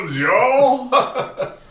y'all